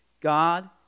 God